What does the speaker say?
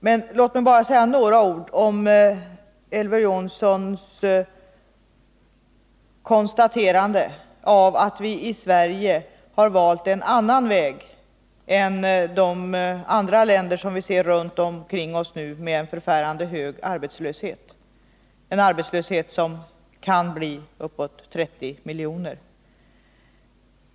Men jag vill säga några ord om Elver Jonssons konstaterande av att vi i Sverige har valt en annan väg än länder runt omkring oss som nu har en förfärande hög arbetslöshet — det kan komma att röra sig om 30 miljoner arbetslösa.